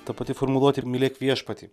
ta pati formuluotė ir mylėk viešpatį